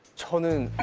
turn on